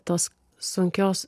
tos sunkios